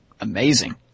amazing